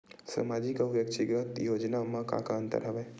सामाजिक अउ व्यक्तिगत योजना म का का अंतर हवय?